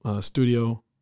Studio